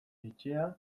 etxea